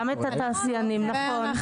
נכון.